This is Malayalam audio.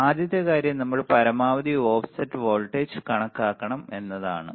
അതിനാൽ ആദ്യത്തെ കാര്യം നമ്മൾ പരമാവധി ഓഫ്സെറ്റ് വോൾട്ടേജ് കണക്കാക്കണം എന്നതാണ്